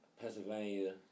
Pennsylvania